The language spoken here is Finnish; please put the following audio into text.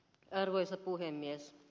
arvoisa puhemies